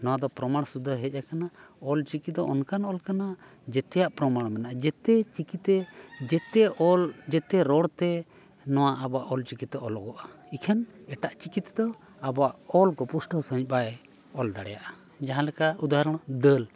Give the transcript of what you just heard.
ᱱᱚᱣᱟ ᱫᱚ ᱯᱨᱚᱢᱟᱬ ᱥᱩᱫᱽᱫᱷᱟᱹ ᱦᱮᱡ ᱟᱠᱟᱱᱟ ᱚᱞᱪᱤᱠᱤ ᱫᱚ ᱚᱱᱠᱟᱱ ᱚᱞ ᱠᱟᱱᱟ ᱡᱮᱛᱮᱭᱟᱜ ᱯᱨᱚᱢᱟᱱ ᱢᱮᱱᱟᱜᱼᱟ ᱡᱮᱛᱮ ᱪᱤᱠᱤᱛᱮ ᱡᱮᱛᱮ ᱚᱞ ᱡᱮᱛᱮ ᱨᱚᱲᱛᱮ ᱱᱚᱣᱟ ᱟᱵᱚᱣᱟᱜ ᱚᱞᱪᱤᱠᱤᱛᱮ ᱚᱞᱚᱜᱚᱜᱼᱟ ᱮᱠᱷᱟᱱ ᱮᱴᱟᱜ ᱪᱤᱠᱤ ᱛᱮᱫᱚ ᱟᱵᱚᱣᱟᱜ ᱚᱞ ᱠᱚ ᱯᱩᱥᱴᱟᱹᱣ ᱥᱟᱺᱦᱤᱡ ᱵᱟᱭ ᱚᱞ ᱫᱟᱲᱮᱭᱟᱜᱼᱟ ᱡᱟᱦᱟᱸᱞᱮᱠᱟ ᱩᱫᱟᱦᱚᱨᱚᱱ ᱫᱟᱹᱞ